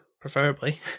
preferably